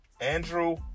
Andrew